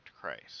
Christ